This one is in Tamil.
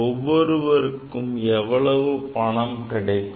ஒவ்வொருவருக்கும் எவ்வளவு பணம் கிடைக்கும்